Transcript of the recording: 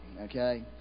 okay